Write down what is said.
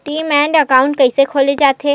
Demat account कइसे खोले जाथे?